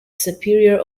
superior